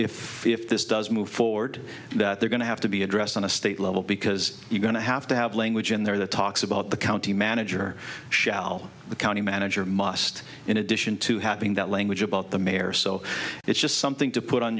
if if this does move forward that they're going to have to be addressed on a state level because you're going to have to have language in there that talks about the county manager shall the county manager must in addition to having that language about the mayor so it's just something to put on